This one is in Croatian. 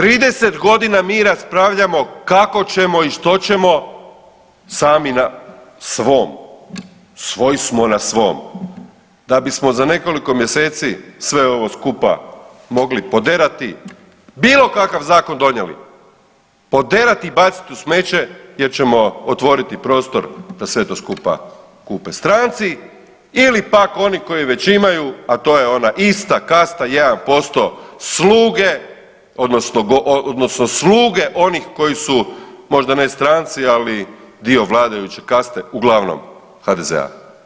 30.g. mi raspravljamo kako ćemo i što ćemo sami na svom, svoji smo na svom, da bismo za nekoliko mjeseci sve ovo skupa mogli poderati, bilo kakav zakon donijeli, poderati i baciti u smeće jer ćemo otvoriti prostor da sve to skupa kupe stranci ili pak oni koji već imaju, a to je ona ista kasta 1% sluge odnosno sluge onih koji su možda ne stranci, ali dio vladajuće kaste uglavnom HDZ-a.